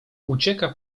ucieka